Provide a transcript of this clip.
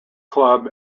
club